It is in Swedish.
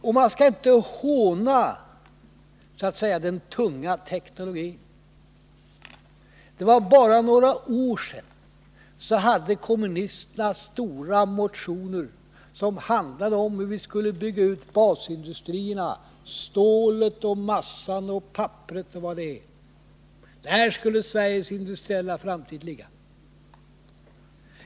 Och man skall inte håna så att säga den tunga teknologin. För bara några år sedan hade kommunisterna stora motioner som handlade om hur vi skulle bygga ut basindustrierna — stålet och massan och papperet och vad det är. Där skulle Sveriges industriella framtid ligga.